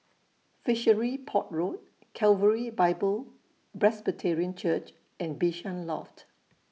Fishery Port Road Calvary Bible Presbyterian Church and Bishan Loft